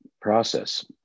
process